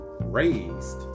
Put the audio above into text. raised